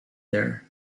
there